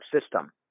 system